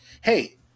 Hey